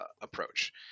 approach